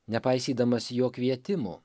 nepaisydamas jo kvietimų